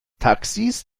taxis